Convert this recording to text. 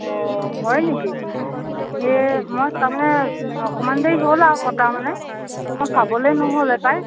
অঁ হয় নেকি ইয়ে মই তাৰমানে অকণমান দেৰি হ'ল আৰু কটা মানে মই চাবলৈ নহ'লে পাই